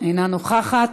אינה נוכחת,